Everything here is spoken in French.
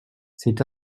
c’est